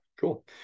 cool